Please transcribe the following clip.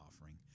offering